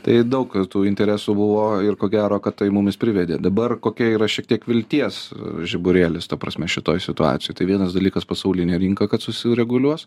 tai daug tų interesų buvo ir ko gero kad tai mumis privedė dabar kokia yra šiek tiek vilties žiburėlis ta prasme šitoj situacijoj tai vienas dalykas pasaulinė rinka kad susireguliuos